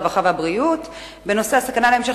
הרווחה והבריאות בנושא הסכנה להמשך